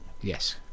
Yes